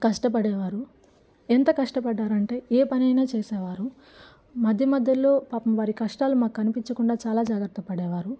కష్టపడేవారు ఎంత కష్టపడ్డారు అంటే ఏ పనైనా చేసేవారు మధ్య మధ్యలో పాపం వారి కష్టాలు మాకు కనిపించకుండా చాలా జాగ్రత్త పడేవారు